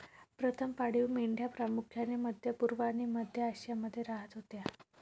प्रथम पाळीव मेंढ्या प्रामुख्याने मध्य पूर्व आणि मध्य आशियामध्ये राहत होत्या